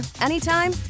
anytime